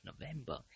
november